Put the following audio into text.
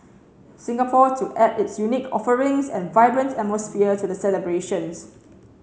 Singapore to add its unique offerings and vibrant atmosphere to the celebrations